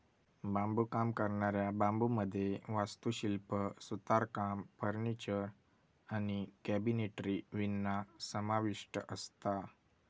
बांबुकाम करणाऱ्या बांबुमध्ये वास्तुशिल्प, सुतारकाम, फर्निचर आणि कॅबिनेटरी विणणा समाविष्ठ असता